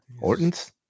Orton's